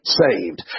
saved